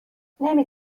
نمی